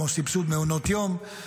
כמו סבסוד מעונות היום,